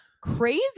crazy